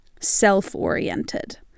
self-oriented